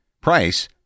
Price